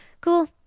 cool